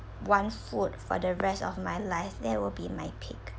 one food for the rest of my life that will be my pick